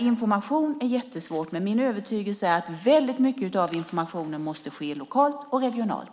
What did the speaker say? Information är jättesvårt, men min övertygelse är att väldigt mycket av informationen måste ske lokalt och regionalt.